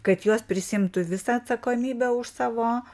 kad jos prisiimtų visą atsakomybę už savo